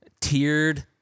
tiered